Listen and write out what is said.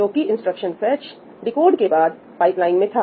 जो की instruction fetch decode के बाद पाइपलाइन में था